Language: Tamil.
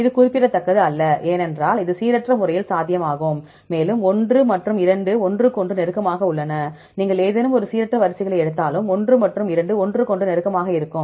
இது குறிப்பிடத்தக்கதல்ல ஏனென்றால் இது சீரற்ற முறையில் சாத்தியமாகும் மேலும் ஒன்று மற்றும் இரண்டு ஒன்றுக்கொன்று நெருக்கமாக உள்ளன நீங்கள் ஏதேனும் சீரற்ற வரிசைகளை எடுத்தாலும் ஒன்று மற்றும் இரண்டுஒன்றுக்கொன்று நெருக்கமாக இருக்கும்